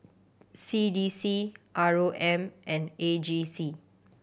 C D C R O M and A G C